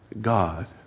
God